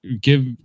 Give